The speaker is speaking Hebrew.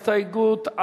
הסתייגות,